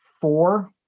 four